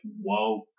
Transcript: woke